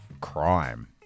crime